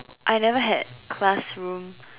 I never had classroom